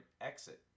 exit